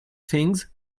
things